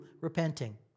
repenting